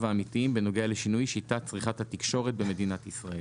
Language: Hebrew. האמיתיים בנוגע לשינוי שיטת צריכת התקשורת במדינת ישראל'.